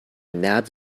nabbed